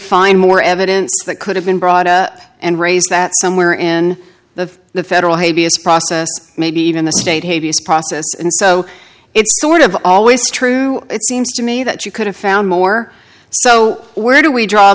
find more evidence that could have been brought up and raised that somewhere in the the federal habeas process maybe even the state hey vs process and so it's sort of always true it seems to me that you could have found more so where do we draw